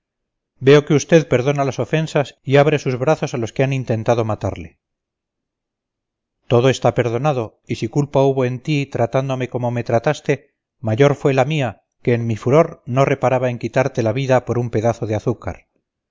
veo que usted perdona las ofensas y abre sus brazos a los que han intentado matarle todo está perdonado y si culpa hubo en ti tratándome como me trataste mayor fue la mía que en mi furor no reparaba en quitarte la vida por un pedazo de azúcar